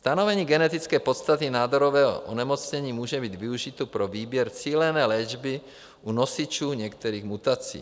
Stanovení genetické podstaty nádorového onemocnění může být využito pro výběr cílené léčby u nosičů některých mutací.